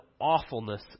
awfulness